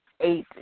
eight